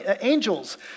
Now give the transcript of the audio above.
angels